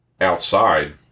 outside